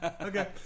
Okay